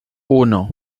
uno